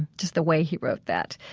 just the way he wrote that.